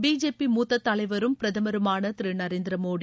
BJP மூத்த தலைவரும் பிரதமருமான திரு நரேந்திர மோடி